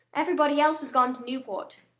everybody else has gone to newport.